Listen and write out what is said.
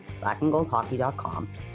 blackandgoldhockey.com